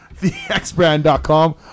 thexbrand.com